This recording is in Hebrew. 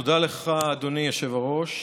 תודה לך, אדוני היושב-ראש.